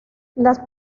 las